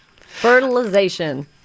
Fertilization